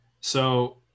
So-